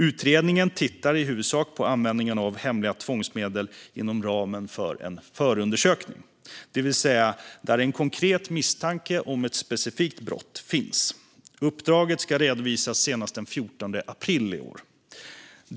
Utredningen ska i huvudsak titta på användningen av hemliga tvångsmedel inom ramen för en förundersökning, det vill säga där en konkret misstanke om ett specifikt brott finns. Uppdraget ska redovisas senast den 14 april i år.